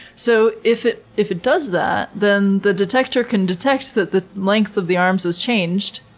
so if it if it does that, then the detector can detect that the length of the arms has changed.